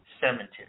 Cemetery